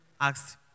asked